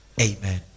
Amen